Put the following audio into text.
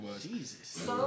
Jesus